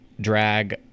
drag